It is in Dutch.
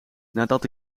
nadat